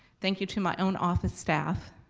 thank you to my own office staff,